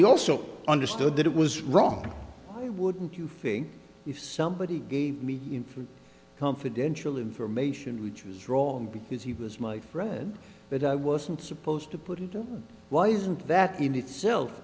he also understood that it was wrong wouldn't you feel if somebody gave me in from confidential information which was wrong because he was my friend but i wasn't supposed to put into why isn't that in itself